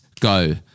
go